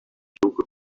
took